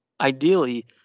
ideally